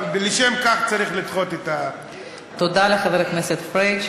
לכן צריך לדחות את תודה לחבר הכנסת פריג'.